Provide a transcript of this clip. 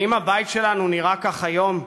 האם הבית שלנו נראה כך היום?